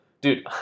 Dude